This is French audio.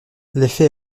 l’effet